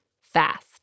fast